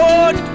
Lord